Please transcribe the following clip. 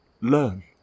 Learn